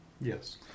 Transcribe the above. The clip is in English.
Yes